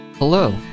Hello